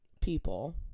people